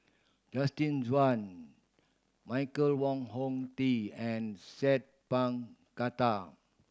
Justin Zhuang Michael Wong Hong Teng and Sat Pal Khattar